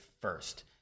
first